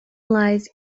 lies